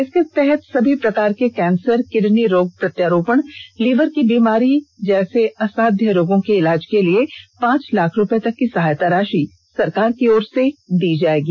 इसके तहत सभी प्रकार के कैंसर किडनी रोग प्रत्यारोपण लीवर की बीमारी आदि असाध्य रोगों के इलाज के लिए पांच लाख रुपये तक की सहायता राशि सरकार की ओर से दी जाएगी